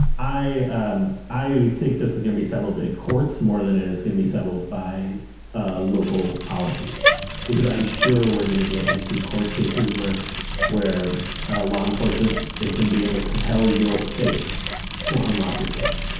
i i think this is gonna be settled in courts more than is gonna be settled by local policy because i'm sure we're gonna get into court cases where where law enforcement is gonna be able to compel your face unlock your phone